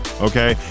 okay